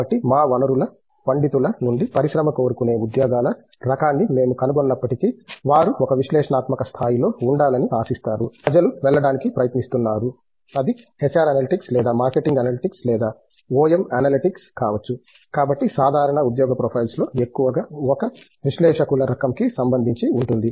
కాబట్టి మా వనరుల పండితుల నుండి పరిశ్రమ కోరుకునే ఉద్యోగాల రకాన్ని మేము కనుగొన్నప్పటికీ వారు ఒక విశ్లేషణాత్మక స్థాయిలో ఉండాలని ఆశిస్తారు ప్రజలు వెళ్ళడానికి ప్రయత్నిస్తున్నారు అది HR అనలిటిక్స్ లేదా మార్కెటింగ్ అనలిటిక్స్ లేదా OM అనలిటిక్స్ కావచ్చు కాబట్టి సాధారణ ఉద్యోగ ప్రొఫైల్స్ లో ఎక్కువగా ఒక విశ్లేషకుల రకం కి సంబంధించి ఉంటుంది